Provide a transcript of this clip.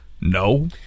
no